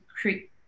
create